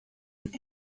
and